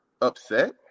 upset